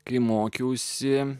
kai mokiausi